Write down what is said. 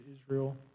Israel